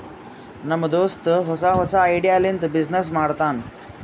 ನಮ್ ದೋಸ್ತ ಹೊಸಾ ಹೊಸಾ ಐಡಿಯಾ ಲಿಂತ ಬಿಸಿನ್ನೆಸ್ ಮಾಡ್ತಾನ್